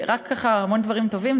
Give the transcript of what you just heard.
המון דברים טובים.